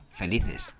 felices